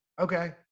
Okay